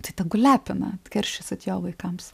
tai tegu lepina atkeršysit jo vaikams